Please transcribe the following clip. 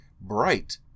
bright